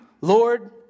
Lord